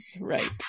Right